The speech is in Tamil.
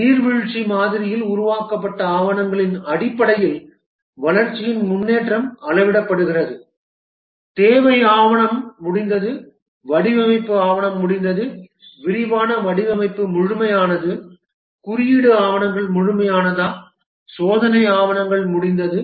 நீர்வீழ்ச்சி மாதிரியில் உருவாக்கப்பட்ட ஆவணங்களின் அடிப்படையில் வளர்ச்சியின் முன்னேற்றம் அளவிடப்படுகிறது தேவை ஆவணம் முடிந்தது வடிவமைப்பு ஆவணம் முடிந்தது விரிவான வடிவமைப்பு முழுமையானது குறியீடு ஆவணங்கள் முழுமையானதா சோதனை ஆவணங்கள் முடிந்தது